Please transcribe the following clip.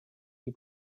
die